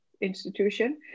institution